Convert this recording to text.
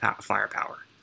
firepower